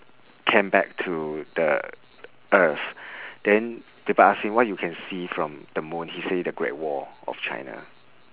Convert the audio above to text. came back to the earth then people ask him what you can see from the moon he say the great wall of china